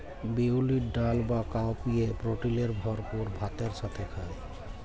বিউলির ডাল বা কাউপিএ প্রটিলের ভরপুর ভাতের সাথে খায়